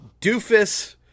doofus